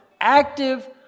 Active